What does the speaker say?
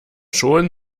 schon